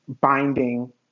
binding